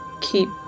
keep